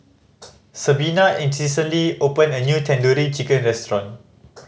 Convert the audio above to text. Sabina opened a new Tandoori Chicken Restaurant